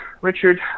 Richard